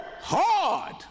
hard